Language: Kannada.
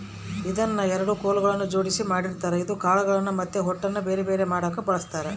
ಇದನ್ನ ಎರಡು ಕೊಲುಗಳ್ನ ಜೊಡ್ಸಿ ಮಾಡಿರ್ತಾರ ಇದು ಕಾಳುಗಳ್ನ ಮತ್ತೆ ಹೊಟ್ಟುನ ಬೆರೆ ಬೆರೆ ಮಾಡಕ ಬಳಸ್ತಾರ